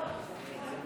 שעוד